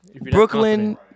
Brooklyn